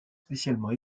spécialement